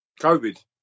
COVID